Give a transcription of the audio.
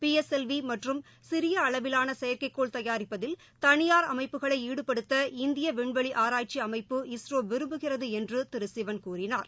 B S L V மற்றும் சிறிய அளவிலான செயற்கைக்கோள் தயாரிப்பதில் தனியார் அமைப்புகளை ாடுபடுத்த இந்திய விண்வெளி ஆராய்ச்சி அமைப்பு இஸ்ரோ விரும்புகிறது என்று திரு சிவன் கூறினார்